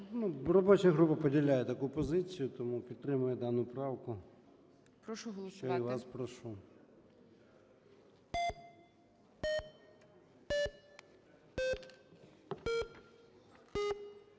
Робоча група поділяє таку позицію, тому підтримує дану правку, що і вас